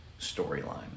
storyline